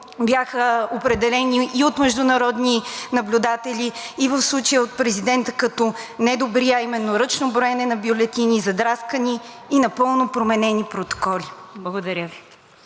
бяха определени и от международни наблюдатели, и в случая от президента като недобри, а именно ръчно броене на бюлетини, задраскани и напълно променени протоколи. Благодаря Ви.